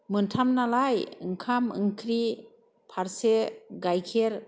मोनथाम नालाय ओंखाम ओंख्रि फारसे गाइखेर